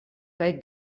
kaj